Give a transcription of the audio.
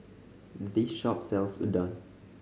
this shop sells Udon